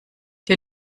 der